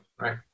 right